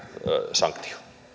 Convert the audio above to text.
sanktio